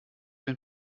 den